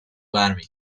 برمی